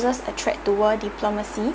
uses attract to world diplomacy